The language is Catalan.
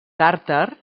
tàrtar